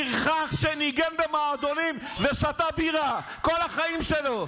פרחח שניגן במועדונים ושתה בירה כל החיים שלו,